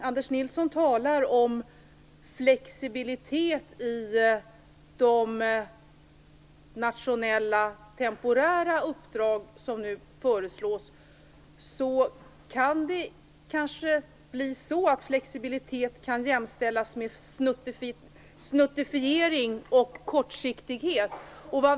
Anders Nilsson talar om flexibilitet i de nationella temporära uppdrag som nu föreslås. Det kan kanske bli så att flexibilitet jämställs med snuttifiering och kortsiktighet.